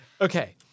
Okay